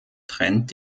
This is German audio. trennt